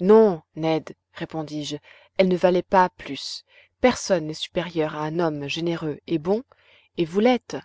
non ned repondis je elle ne valait pas plus personne n'est supérieur à un homme généreux et bon et vous l'êtes